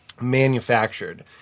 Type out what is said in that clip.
manufactured